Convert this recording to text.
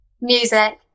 Music